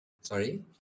Sorry